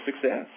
success